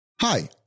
Hi